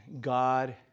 God